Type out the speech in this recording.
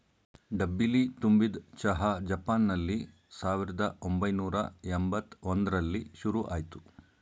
ಡಬ್ಬಿಲಿ ತುಂಬಿದ್ ಚಹಾ ಜಪಾನ್ನಲ್ಲಿ ಸಾವಿರ್ದ ಒಂಬೈನೂರ ಯಂಬತ್ ಒಂದ್ರಲ್ಲಿ ಶುರುಆಯ್ತು